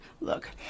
look